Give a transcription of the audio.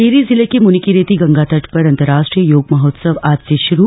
टिहरी जिले के मुनिकीरेती गंगा तट पर अंतरराष्ट्रीय योग महोत्सव आज से भारु